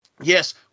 Yes